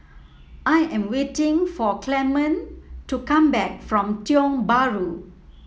I am waiting for Clement to come back from Tiong Bahru